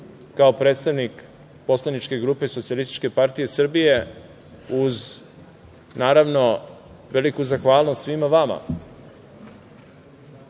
kao predstavnik Poslaničke grupe Socijalističke partije Srbije, naravno, uz veliku zahvalnost svima vama,